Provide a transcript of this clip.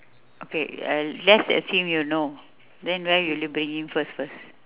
okay uh let's assume you know then where will you bring him first first